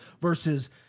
versus